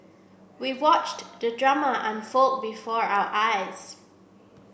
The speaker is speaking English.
we watched the drama unfold before our eyes